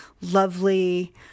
lovely